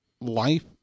life